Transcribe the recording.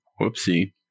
Whoopsie